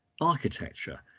architecture